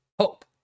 hope